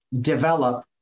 develop